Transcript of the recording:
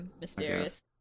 Mysterious